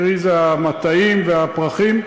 קרי המטעים והפרחים.